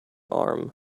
arm